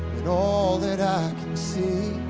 and all that i can see